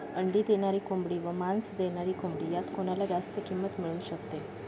अंडी देणारी कोंबडी व मांस देणारी कोंबडी यात कोणाला जास्त किंमत मिळू शकते?